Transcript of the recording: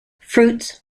fruits